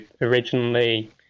originally